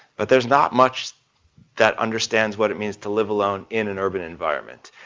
but there's not much that understands what it means to live alone in an urban environment.